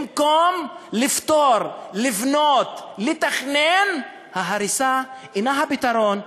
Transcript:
במקום לפתור, לבנות, לתכנן, ההריסה אינה הפתרון.